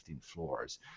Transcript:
floors